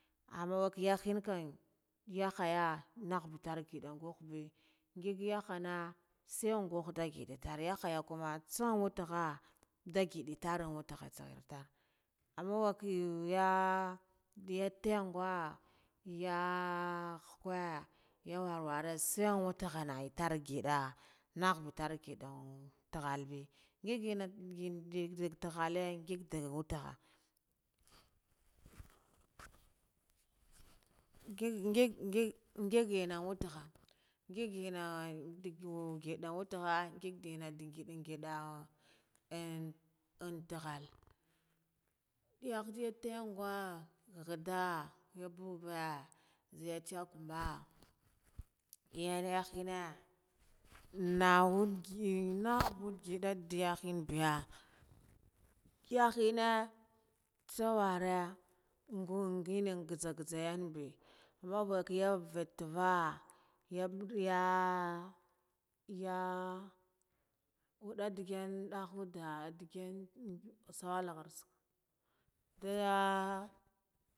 Ammon giyakhen kama yakhaya nakha betar ngidun gukh be ngiga yahana sai ngukhu nda gidatarba zar yakhaya, kumma tsan wetekha nda giddan tare an wetekha tsakhetar, amman wakiya ya tingwa ya khakwe ya war ware sai wete khana ai tar gidda nakha be targidan takhalbe ngig gin gin takhalle ngig dakahan wetekha ngig ngig ngig ennan wetekha ngig enna gedan weto kha ngig din dangida en an takhal, yakhadiya tangwa khadda ya bubba zeya chakamba pya yahine naha gin naha gida diya hunbiya yahina tsawara ngun ngine gazu gaza yanbe, yabaka yantuva ya ya ya wadda digim yahuda a digin sawalla tst nda.